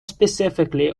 specifically